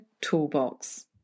Toolbox